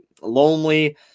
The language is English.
lonely